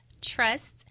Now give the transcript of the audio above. trust